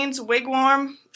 Wigwam